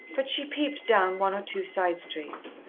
but she peeped down one or two side-streets.